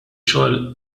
xogħol